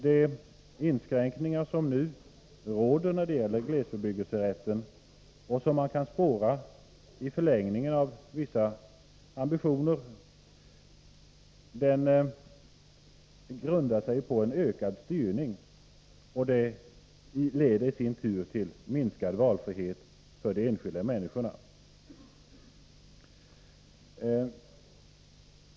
De inskränkningar som nu råder när det gäller glesbebyggelserätten — som kan ses som ett uttryck för vissa ambitioner — grundar sig på en ökad styrning, och det leder i sin tur till minskad valfrihet för de enskilda människorna.